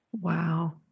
Wow